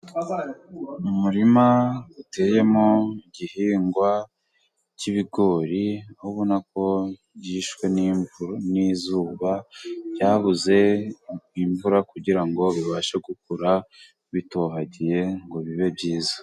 Umuririma uteyemo igihingwa cy'ibigori aho ubona ko byishwe n'izuba byabuze imvura kugira bibashe gukura bitohagiye ngo bibe byiza.